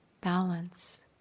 balance